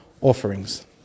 offerings